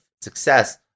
success